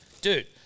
Dude